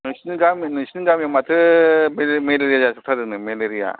नोंसोरनि गामियाव माथो मेलेरिया जाजोबथारदोंनो मेलेरिया